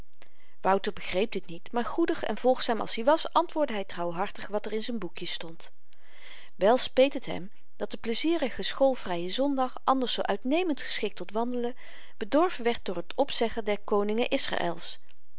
wouter begreep dit niet maar goedig en volgzaam als i was antwoordde hy trouwhartig wat er in z'n boekje stond wel speet het hem dat de pleizierige schoolvrye zondag anders zoo uitnemend geschikt tot wandelen bedorven werd door t opzeggen der koningen israels